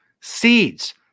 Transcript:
seeds